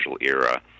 era